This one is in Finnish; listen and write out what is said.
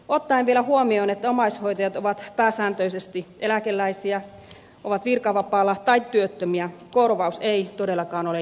ottaen vielä huomioon että omaishoitajat ovat pääsääntöisesti eläkeläisiä ovat virkavapaalla tai työttömiä korvaus ei todellakaan ole järin suuri